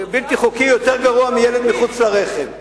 ילד בלתי חוקי זה יותר גרוע מילד מחוץ לרחם.